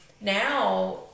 now